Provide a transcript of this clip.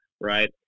right